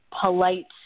polite